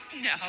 No